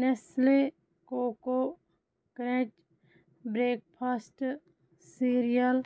Nestle Koko Krunch breakfast serial